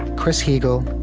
chris heagle,